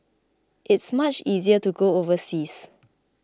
it's much easier to go overseas